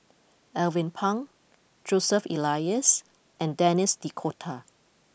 Alvin Pang Joseph Elias and Denis D Cotta